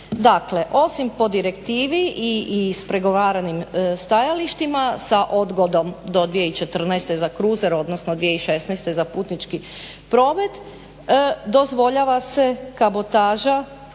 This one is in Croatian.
osim po direktivi i ispregovaranim stajalištima sa odgodom do 2014.za kruzer odnosno do 2016.za putnički promet, dozvoljava se kabotaža